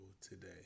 today